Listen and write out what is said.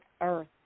earth